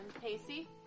Pacey